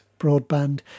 broadband